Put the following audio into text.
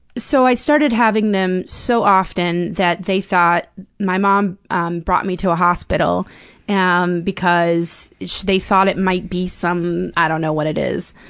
so i started having them so often that they thought my mom um brought me to a hospital and because they thought it might be some i don't know what it is.